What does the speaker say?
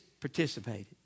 participated